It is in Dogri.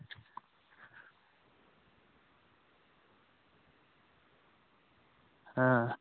हां